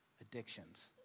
Addictions